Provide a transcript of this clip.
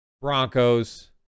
Broncos